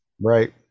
Right